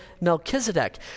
Melchizedek